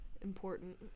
Important